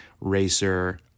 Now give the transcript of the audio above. racer